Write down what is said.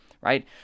right